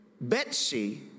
Betsy